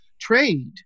trade